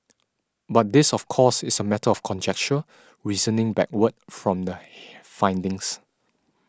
but this of course is a matter of conjecture reasoning backward from the findings